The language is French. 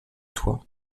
toit